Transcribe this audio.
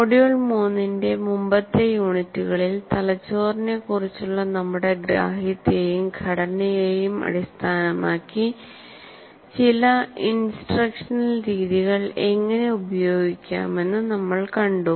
module 3 ന്റെ മുമ്പത്തെ യൂണിറ്റുകളിൽ തലച്ചോറിനെക്കുറിച്ചുള്ള നമ്മുടെ ഗ്രാഹ്യത്തെയും ഘടനയെയും അടിസ്ഥാനമാക്കി ചില ഇൻസ്ട്രക്ഷണൽ രീതികൾ എങ്ങനെ ഉപയോഗിക്കാമെന്നു നമ്മൾ കണ്ടു